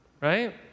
right